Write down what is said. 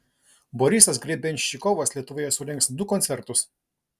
borisas grebenščikovas lietuvoje surengs du koncertus